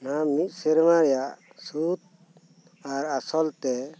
ᱱᱚᱣᱟ ᱢᱤᱜ ᱥᱮᱨᱢᱟ ᱨᱮᱭᱟᱜ ᱥᱩᱫᱽ ᱟᱨ ᱟᱥᱚᱞ ᱛᱮ